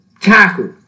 tackle